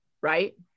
right